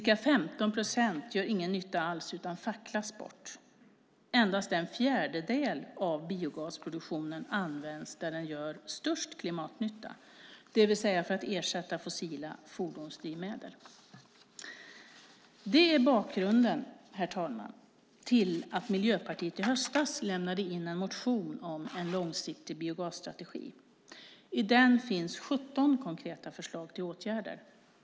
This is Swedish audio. Ca 15 procent gör ingen nytta alls utan facklas bort. Endast en fjärdedel av biogasproduktionen används där den gör störst klimatnytta, det vill säga för att ersätta fossila fordonsdrivmedel. Herr talman! Detta är bakgrunden till att Miljöpartiet i höstas lämnade in en motion om en långsiktig biogasstrategi. I den finns 17 konkreta förslag till åtgärder.